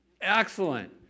Excellent